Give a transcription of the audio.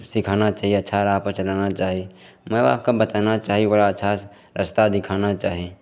सिखाना चाही अच्छा राहपर चलाना चाही माइबापके बताना चाही ओकर अच्छा रास्ता दिखाना चाही